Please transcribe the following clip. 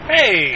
Hey